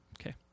Okay